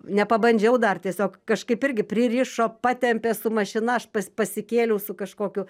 nepabandžiau dar tiesiog kažkaip irgi pririšo patempė su mašina aš pas pasikėliau su kažkokiu